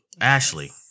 Ashley